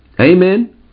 Amen